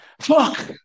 fuck